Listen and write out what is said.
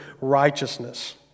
righteousness